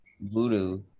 voodoo